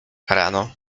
rano